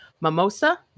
mimosa